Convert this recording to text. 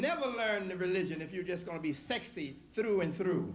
never learn the religion if you're just going to be sexy through and through